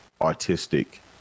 artistic